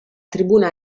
tribuna